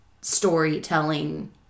storytelling